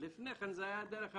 לפני כן זה היה דרך המרכזים.